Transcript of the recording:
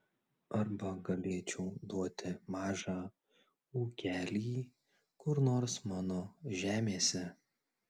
arba galėčiau duoti mažą ūkelį kur nors mano žemėse